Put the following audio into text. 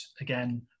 again